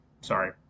sorry